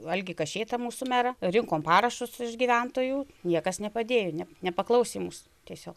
algį kašėtą mūsų merą rinkom parašus iš gyventojų niekas nepadėjo ne nepaklausė mūs tiesio